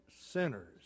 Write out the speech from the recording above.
sinners